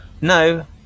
No